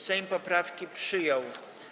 Sejm poprawki przyjął.